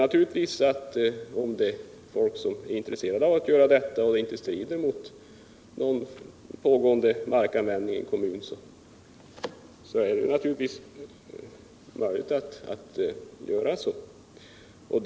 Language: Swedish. Ja, om folk är intresserade att göra det och det inte strider mot pågående markanvändning i en kommun så är det naturligtvis möjligt att bevilja dispens.